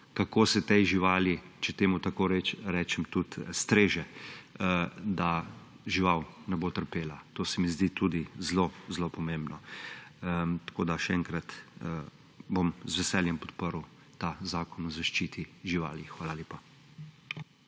kako se tej živali, če temu tako rečem, streže, da žival ne bo trpela. To se mi zdi tudi zelo pomembno. Še enkrat, z veseljem bom podprl ta zakon o zaščiti živali. Hvala lepa.